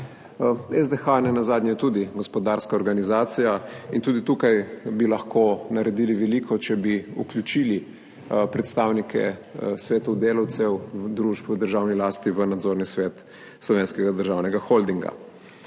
SDH je nenazadnje tudi gospodarska organizacija in tudi tukaj bi lahko naredili veliko, če bi vključili predstavnike svetov delavcev družb v državni lasti v nadzorni svet Slovenskega državnega holdinga.